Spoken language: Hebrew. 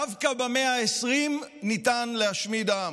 דווקא במאה ה-20 ניתן להשמיד עם.